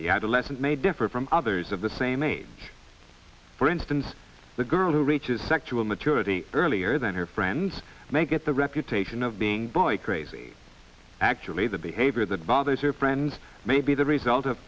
the adolescent may differ from others of the same age for instance the girl who reaches sexual maturity earlier than her friends may get the reputation of being boy crazy actually the behavior that bothers your friend may be the result of